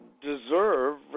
deserve